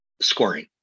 scoring